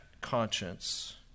conscience